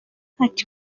ati